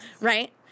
right